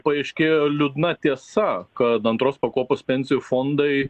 paaiškėjo liūdna tiesa kad antros pakopos pensijų fondai